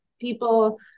People